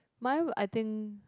mine I think